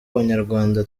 abanyarwanda